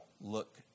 look